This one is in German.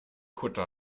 kutter